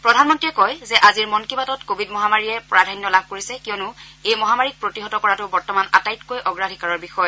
প্ৰধানমন্ত্ৰীয়ে কয় যে আজিৰ মন কী বাতত কোৱিড মহামাৰীয়ে প্ৰাধান্য লাভ কৰিছে কিয়নো এই মহামাৰীক প্ৰতিহত কৰাটো বৰ্তমান আটাইতকৈ অগ্ৰাধিকাৰৰ বিষয়